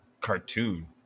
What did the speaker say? cartoon